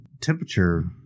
temperature